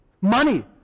Money